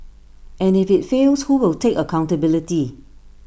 and if IT fails who will take accountability